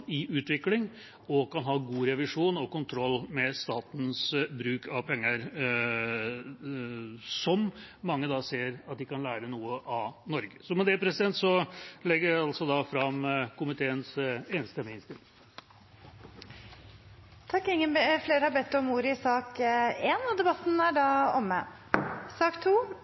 i utvikling også kan ha god revisjon og kontroll med statens bruk av penger, der mange ser at de kan lære noe av Norge. Med dette legger jeg fram komiteens enstemmige innstilling. Flere har ikke bedt om ordet til sak nr. 1. Etter ønske fra energi- og miljøkomiteen vil presidenten ordne debatten